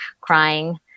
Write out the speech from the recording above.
crying